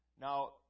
Now